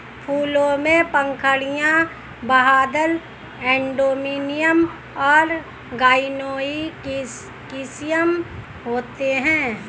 फूलों में पंखुड़ियाँ, बाह्यदल, एंड्रोमियम और गाइनोइकियम होते हैं